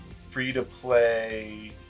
free-to-play